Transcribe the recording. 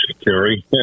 carry